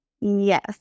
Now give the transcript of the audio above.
Yes